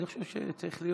אני חושב שצריך להיות,